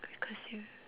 because you